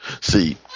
See